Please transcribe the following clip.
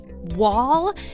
wall